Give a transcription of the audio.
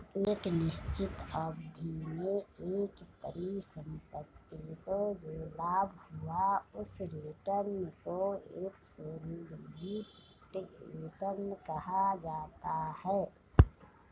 एक निश्चित अवधि में एक परिसंपत्ति को जो लाभ हुआ उस रिटर्न को एबसोल्यूट रिटर्न कहा जाता है